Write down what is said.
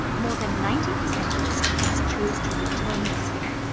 more than ninety percent of the students chose to return this year.